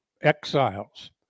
exiles